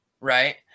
right